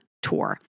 Tour